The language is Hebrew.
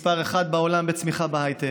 היא מספר אחת בעולם בצמיחה בהייטק,